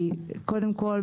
קודם כל,